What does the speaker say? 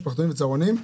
משפחתונים וצהרונים,